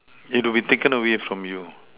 it will be taken away from you